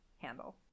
handle